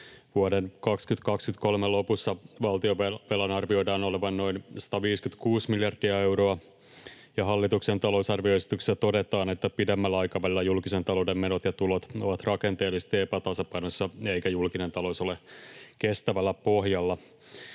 Vuoden 2023 lopussa valtionvelan arvioidaan olevan noin 156 miljardia euroa, ja hallituksen talousarvioesityksessä todetaan, että pidemmällä aikavälillä julkisen talouden menot ja tulot ovat rakenteellisesti epätasapainossa eikä julkinen talous ole kestävällä pohjalla.